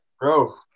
Bro